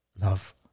Love